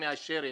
מאשרת,